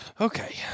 Okay